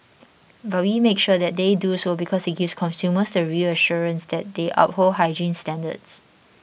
but we make sure that they do so because it gives consumers the reassurance that they uphold hygiene standards